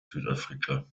südafrika